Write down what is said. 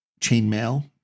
chainmail